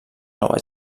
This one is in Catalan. nova